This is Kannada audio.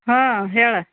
ಹಾಂ ಹೇಳು